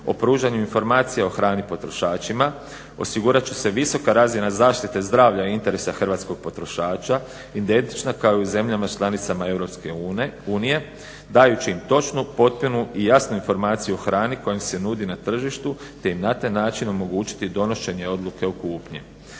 o pružanju informacija o hrani potrošačima osigurat će se visoka razina zaštite zdravlja i interesa hrvatskog potrošača identična kao i u zemljama članicama EU dajući im točnu, potpunu i jasnu informaciju o hrani koja im se nudi na tržištu te im na taj način omogućiti donošenje odluke o kupnji.